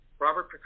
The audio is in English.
Robert